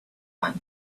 one